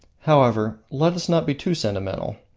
however, let us not be too sentimental.